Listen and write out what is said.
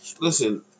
Listen